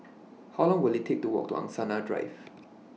How Long Will IT Take to Walk to Angsana Drive